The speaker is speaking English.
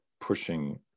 pushing